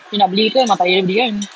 dia nak beli ke bapak dia yang belikan